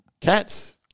cats